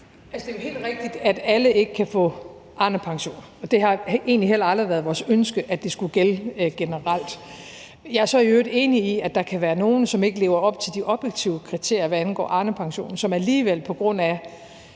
det er helt rigtigt, at alle ikke kan få Arnepension, og det har egentlig heller aldrig været vores ønske, at det skulle gælde generelt. Jeg er så i øvrigt enig i, at der kan være nogle, som ikke lever op til de objektive kriterier, hvad angår Arnepensionen, men som alligevel på grund af